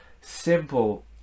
simple